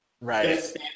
Right